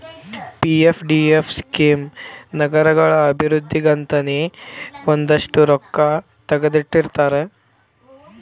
PFDF scheme ನಗರಗಳ ಅಭಿವೃದ್ಧಿಗಂತನೇ ಒಂದಷ್ಟ್ ರೊಕ್ಕಾ ತೆಗದಿಟ್ಟಿರ್ತಾರ